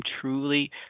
truly